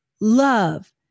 love